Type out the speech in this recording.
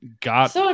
got